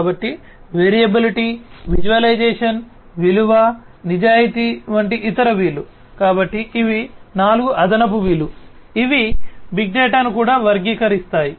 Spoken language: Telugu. కాబట్టి వేరియబిలిటీ విజువలైజేషన్ విలువ నిజాయితీ వంటి ఇతర V లు కాబట్టి ఇవి 4 అదనపు V లు ఇవి బిగ్ డేటాను కూడా వర్గీకరిస్తాయి